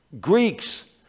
Greeks